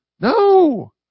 No